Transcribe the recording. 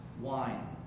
Wine